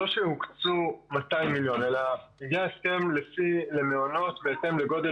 שהוקצו 200 מיליון אלא זה ההסכם למעונות בהתאם לגודל